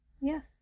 Yes